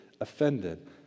offended